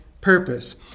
purpose